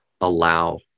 allow